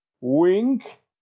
Wink